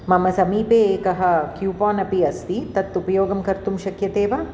मम समीपे एकः क्युपानपि अस्ति तत् उपयोगं कर्तुं शक्यते वा